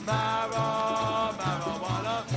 Marijuana